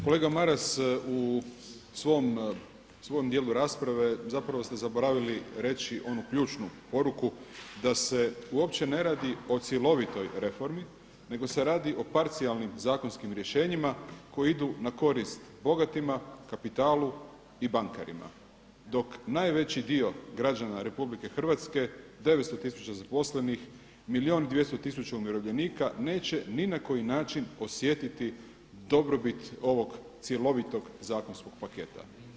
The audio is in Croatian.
Kolega Maras, u svom dijelu rasprave zapravo ste zaboravili reći onu ključnu poruku da se uopće ne radi o cjelovitoj reformi nego se radi o parcijalnim zakonskim rješenjima koji idu na korist bogatima, kapitalu i bankarima, dok najveći dio građana RH 900 tisuća zaposlenih, milijun i 200 tisuća umirovljenika neće ni na koji način osjetiti dobrobit ovog cjelovitog zakonskog paketa.